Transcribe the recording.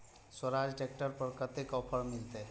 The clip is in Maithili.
स्वराज ट्रैक्टर पर कतेक ऑफर मिलते?